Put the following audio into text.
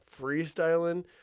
freestyling